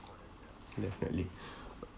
definitely